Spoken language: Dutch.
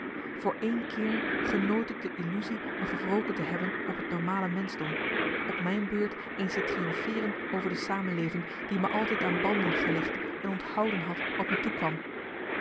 voor één keer genoot ik de illusie me gewroken te hebben op het normale menschdom op mijn beurt eens te triomfeeren over de samenleving die me altijd aan banden gelegd en onthouden had wat me toekwam